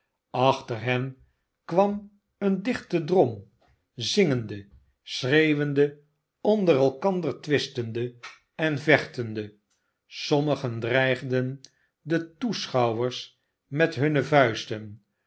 achter hen kwam een dichte drom zingende schreeuwende onder elkander twistende en vechtende sommigen dreigden de toeschouwers met hunne vuisten